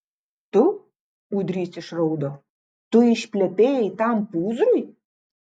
tu ūdrys išraudo tu išplepėjai tam pūzrui